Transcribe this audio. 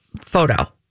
photo